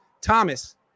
Thomas